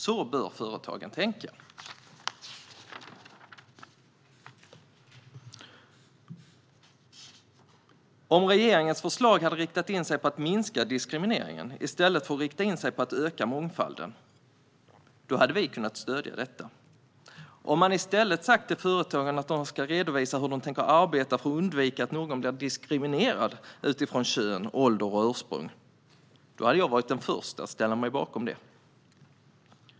Så bör företagen tänka. Om regeringens förslag hade riktat in sig på att minska diskrimineringen i stället för att rikta in sig på att öka mångfalden hade vi kunnat stödja det. Om man i stället hade sagt till företagen att de ska redovisa hur de tänker arbeta för att undvika att någon blir diskriminerad utifrån kön, ålder och ursprung hade jag varit den första att ställa mig bakom det.